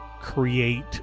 create